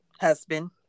husband